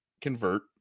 convert